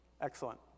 Excellent